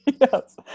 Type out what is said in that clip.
Yes